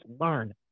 learn